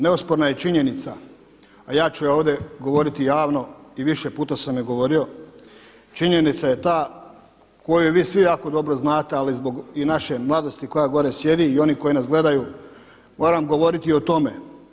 Neosporna je činjenica, a ja ću ovdje govoriti javno i više puta sam i govorio činjenica je ta koju vi svi jako dobro znate, ali zbog naše mladosti koja gore sjedi i oni koji nas gledaju moram govoriti o tome.